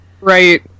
right